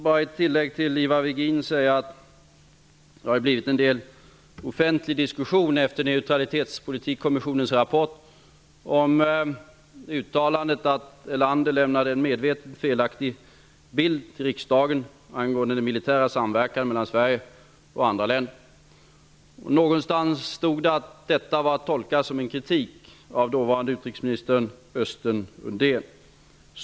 Som ett tillägg till vad Ivar Virgin sade, vill jag säga att det har blivit en del offentliga diskussioner efter Neutralitetspolitikkommissionens rapport om uttalandet att Erlander lämnade en medvetet felaktig bild till riksdagen angående den militära samverkan mellan Sverige och andra länder. Någonstans stod att läsa att detta skulle tolkas som en kritik av den dåvarande utrikesministern Östen Undén.